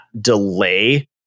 delay